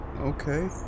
okay